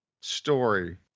story